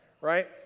right